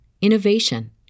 innovation